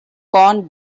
corned